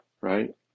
right